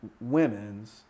women's